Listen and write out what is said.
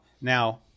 Now